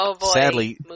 sadly